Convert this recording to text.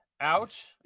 ouch